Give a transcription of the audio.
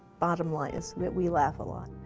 bottom line is we laugh a lot.